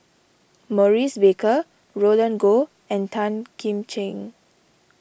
Maurice Baker Roland Goh and Tan Kim Ching